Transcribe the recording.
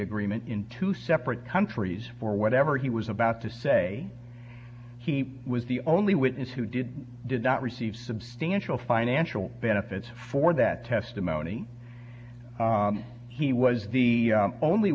agreement in two separate countries for whatever he was about to say he was the only witness who did did not receive substantial financial benefits for that testimony he was the only